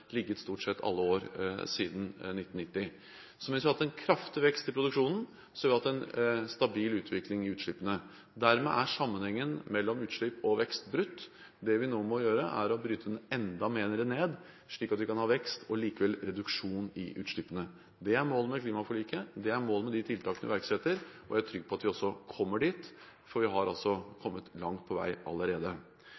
ligget stort sett i alle år siden 1990. Mens vi har hatt en kraftig vekst i produksjonen, har vi hatt en stabil utvikling i utslippene. Dermed er sammenhengen mellom utslipp og vekst brutt. Det vi nå må gjøre, er å bryte den enda mer ned, slik at vi kan ha vekst, men likevel reduksjon i utslippene. Det er målet med klimaforliket, og det er målet med de tiltakene vi iverksetter. Jeg er trygg på at vi også kommer dit, for vi har